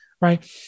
right